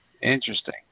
Interesting